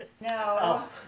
no